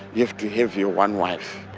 you have to have your one wife.